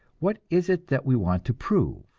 what is it that we want to prove?